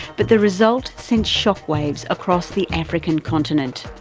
but the result sent shock waves across the african continent.